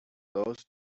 those